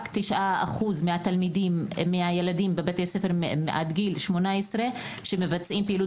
רק 9% מהילדים בבתי הספר עד גיל 18 מבצעים פעילות